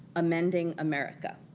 amending america.